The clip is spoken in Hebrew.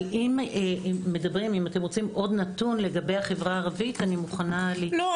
אבל אם תרצו עוד נתון לגבי החברה הערבית- - לא,